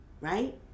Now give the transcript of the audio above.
right